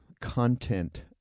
content